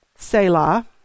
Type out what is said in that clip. Selah